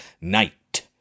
Night